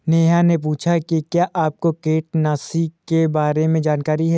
नेहा ने पूछा कि क्या आपको कीटनाशी के बारे में जानकारी है?